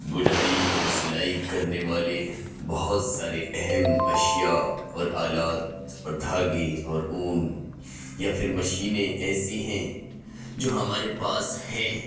بُنائی اور سلائی كرنے والے بہت سارے اہم اشیا اور آلات اور دھاگے اور اون یا پھر مشینیں ایسی ہیں جو ہمارے پاس ہیں